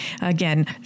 Again